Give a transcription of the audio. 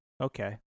Okay